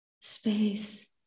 space